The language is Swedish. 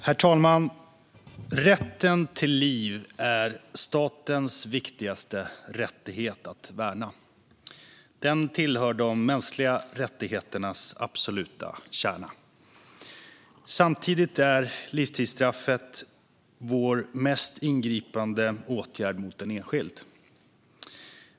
Herr talman! Rätten till liv är den viktigaste rätt som staten har att värna. Den tillhör de mänskliga rättigheternas absoluta kärna. Samtidigt är livstidsstraffet vår mest ingripande åtgärd mot en enskild.